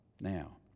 now